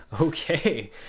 okay